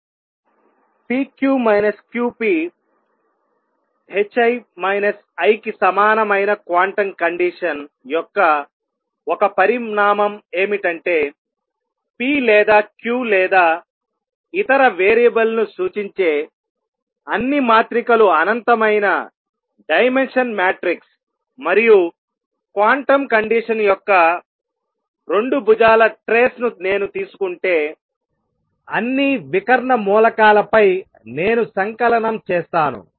p q q piI కి సమానమైన quantum condition యొక్క ఒక పరిణామం ఏమిటంటే p లేదా q లేదా ఇతర వేరియబుల్ను సూచించే అన్ని మాత్రికలు అనంతమైన డైమెన్షన్ మ్యాట్రిక్స్ మరియు క్వాంటం కండిషన్ యొక్క 2 భుజాల ట్రేస్ ను నేను తీసుకుంటే అన్ని వికర్ణ మూలకాలపై నేను సంకలనం చేస్తాను